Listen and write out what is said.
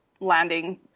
landing